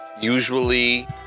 usually